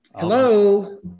Hello